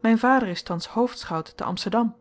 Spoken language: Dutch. mijn vader is thans hoofdschout te amsterdam